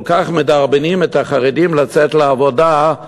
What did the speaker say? כשכל כך מדרבנים את החרדים לצאת לעבודה,